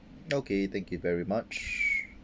okay thank you very much